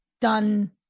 done